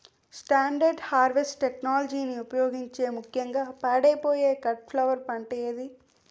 Standard harvest టెక్నాలజీని ఉపయోగించే ముక్యంగా పాడైపోయే కట్ ఫ్లవర్ పంట ఏది?